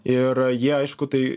ir jie aišku tai